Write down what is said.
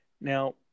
Now